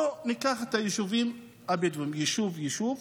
בואו ניקח את היישובים הבדואיים, יישוב-יישוב,